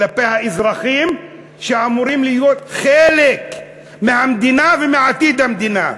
כלפי האזרחים שאמורים להיות חלק מהמדינה ומעתיד המדינה: